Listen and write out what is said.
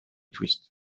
twist